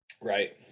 right